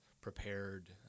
prepared